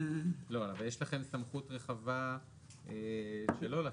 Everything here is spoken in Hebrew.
לא, אבל יש לכם סמכות רחבה שלא לתת,